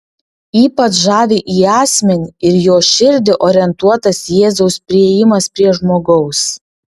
ypač žavi į asmenį ir jo širdį orientuotas jėzaus priėjimas prie žmogaus